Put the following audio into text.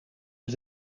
his